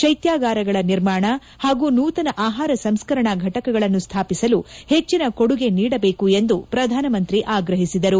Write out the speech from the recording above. ಶೈತ್ವಾಗಾರಗಳ ನಿರ್ಮಾಣ ಹಾಗೂ ನೂತನ ಆಹಾರ ಸಂಸ್ಕರಣಾ ಘಟಕಗಳನ್ನು ಸ್ಥಾಪಿಸಲು ಹೆಚ್ಚಿನ ಕೊಡುಗೆ ನೀಡಬೇಕು ಎಂದು ಪ್ರಧಾನಮಂತ್ರಿ ಆಗ್ರಹಿಸಿದರು